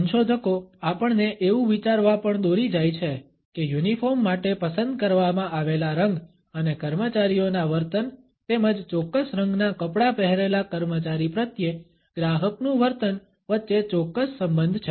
સંશોધકો આપણને એવું વિચારવા પણ દોરી જાય છે કે યુનિફોર્મ માટે પસંદ કરવામાં આવેલા રંગ અને કર્મચારીઓના વર્તન તેમજ ચોક્કસ રંગના કપડાં પહેરેલા કર્મચારી પ્રત્યે ગ્રાહકનું વર્તન વચ્ચે ચોક્કસ સંબંધ છે